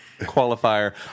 qualifier